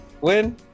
win